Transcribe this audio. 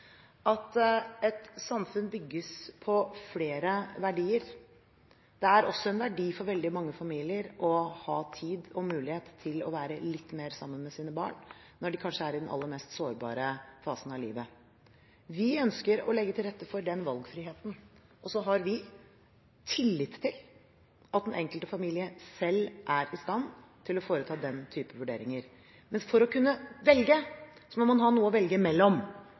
at et samfunn bygges på flere verdier. Det er også en verdi for veldig mange familier å ha tid og mulighet til å være litt mer sammen med sine barn når disse er i den kanskje aller mest sårbare fasen av livet. Vi ønsker å legge til rette for den valgfriheten. Og så har vi tillit til at den enkelte familie selv er i stand til å foreta den type vurderinger. Men for å kunne velge må man ha noe å velge mellom.